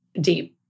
deep